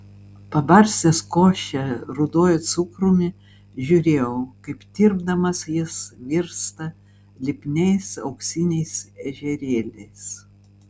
pabarstęs košę ruduoju cukrumi žiūrėjau kaip tirpdamas jis virsta lipniais auksiniais ežerėliais